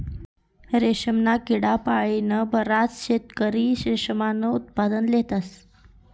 रेशमना किडा पाळीन बराच शेतकरी रेशीमनं उत्पादन लेतस